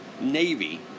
Navy